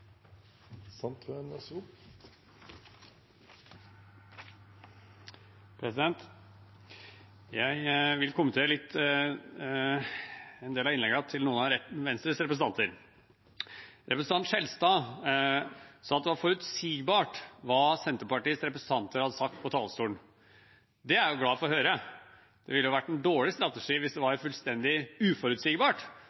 Jeg vil kommentere en del av innleggene til noen av Venstres representanter. Representanten Skjelstad sa at det var forutsigbart hva Senterpartiets representanter hadde sagt på talerstolen. Det er jeg glad for å høre. Det ville vært en dårlig strategi hvis det var